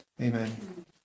Amen